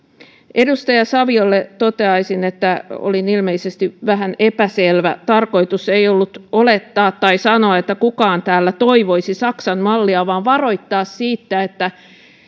edustaja saviolle toteaisin että olin ilmeisesti vähän epäselvä tarkoitus ei ollut olettaa tai sanoa että kukaan täällä toivoisi saksan mallia vaan varoittaa siitä että